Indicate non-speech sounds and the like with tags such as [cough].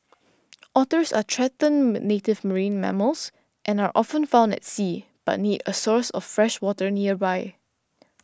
otters are threatened [unintelligible] native marine mammals and are often found at sea but need a source of fresh water nearby